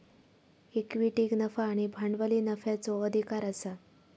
इक्विटीक नफा आणि भांडवली नफ्याचो अधिकार आसा